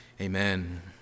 amen